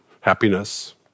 happiness